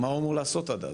מה הוא אמור לעשות עד אז?